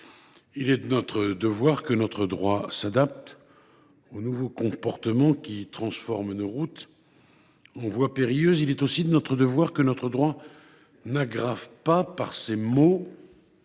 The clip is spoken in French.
Il est de notre devoir que notre droit s’adapte aux nouveaux comportements, qui transforment nos routes en voies périlleuses. Il est aussi de notre devoir que notre droit n’aggrave pas, par ses mots,